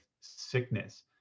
sickness